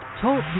Talk